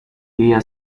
día